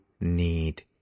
need